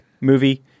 movie